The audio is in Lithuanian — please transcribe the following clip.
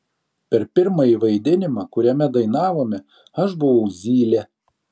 per pirmąjį vaidinimą kuriame dainavome aš buvau zylė